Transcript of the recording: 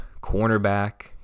cornerback